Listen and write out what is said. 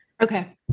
Okay